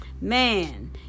man